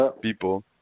People